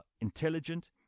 intelligent